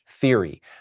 theory